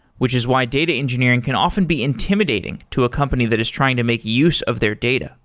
which is why data engineering can often be intimidating to a company that is trying to make use of their data